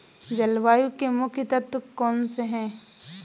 जलवायु के मुख्य तत्व कौनसे हैं?